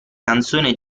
canzone